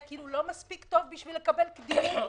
זה כאילו לא מספיק טוב בשביל לקבל קדימות